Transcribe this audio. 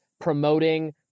promoting